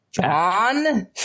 John